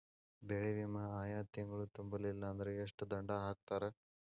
ಬೆಳೆ ವಿಮಾ ಆಯಾ ತಿಂಗ್ಳು ತುಂಬಲಿಲ್ಲಾಂದ್ರ ಎಷ್ಟ ದಂಡಾ ಹಾಕ್ತಾರ?